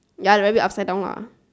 ya the rabbit upside down lah